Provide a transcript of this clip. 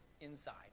inside